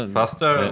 faster